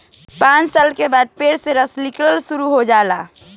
पांच साल के बाद पेड़ से रस निकलल शुरू हो जाला